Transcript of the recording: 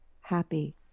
happy